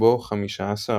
ורוחבו 15 מטר.